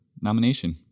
nomination